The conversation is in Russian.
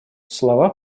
слова